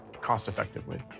cost-effectively